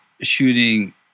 shooting